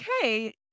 okay